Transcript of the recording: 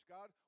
God